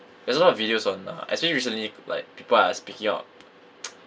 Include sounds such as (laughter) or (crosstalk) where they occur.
there's a lot of videos on uh especially recently like people are speaking out (noise)